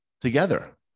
together